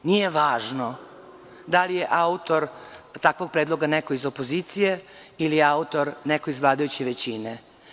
Nije važno da li je autor takvog predloga neko iz opozicije ili je autor neko iz vladajuće većine.